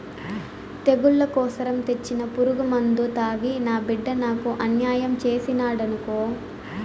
తెగుళ్ల కోసరం తెచ్చిన పురుగుమందు తాగి నా బిడ్డ నాకు అన్యాయం చేసినాడనుకో